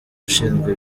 ushinzwe